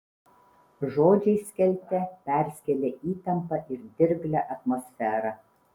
žodžiai skelte perskėlė įtemptą ir dirglią atmosferą